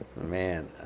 man